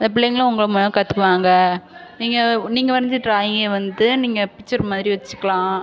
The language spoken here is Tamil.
அந்த பிள்ளைங்களும் உங்களை மாதிரி கற்றுக்குவாங்க நீங்கள் நீங்கள் வரைஞ்ச ட்ராயிங்கே வந்து நீங்க பிச்சர் மாதிரி வச்சுக்கலாம்